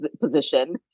position